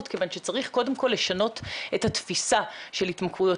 כיוון שצריך קודם כל לשנות את התפיסה של ההתמכרויות,